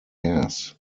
hairs